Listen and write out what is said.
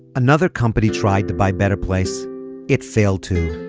another company tried to buy better place it failed too.